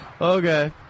Okay